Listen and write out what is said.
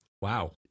Wow